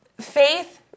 Faith